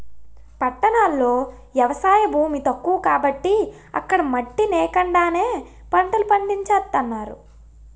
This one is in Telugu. పట్టణాల్లో ఎవసాయ భూమి తక్కువ కాబట్టి అక్కడ మట్టి నేకండానే పంటలు పండించేత్తన్నారు